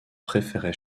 préférait